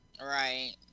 right